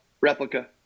replica